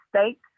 states